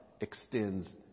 extends